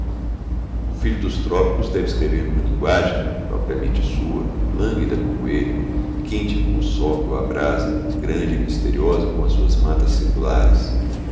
o filho dos trópicos deve escrever numa linguagem propriamente sua lânguida como ele quente como o sol que o abrasa grande e misteriosa como as suas matas seculares